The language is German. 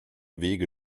wege